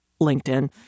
LinkedIn